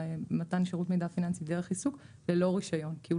במתן שירות מידע פיננסי דרך עיסוק ללא רישיון כי הוא